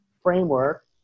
framework